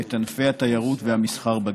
את ענפי התיירות והמסחר בגליל.